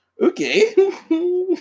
Okay